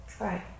right